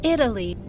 Italy